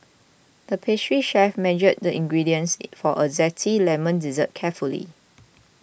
the pastry chef measured the ingredients for a Zesty Lemon Dessert carefully